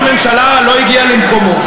ראש הממשלה לא הגיע למקומו.